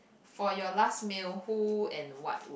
for your last meal who and what